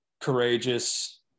courageous